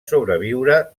sobreviure